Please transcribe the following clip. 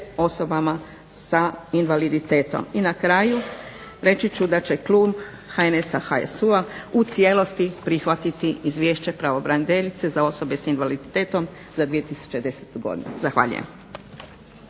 osobama s invaliditetom. I na kraju reći ću da će klub HNS-HSU-a u cijelosti prihvatiti Izvješće pravobraniteljice za osobe sa invaliditetom za 2010. godinu. Zahvaljujem.